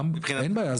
אין בעיה,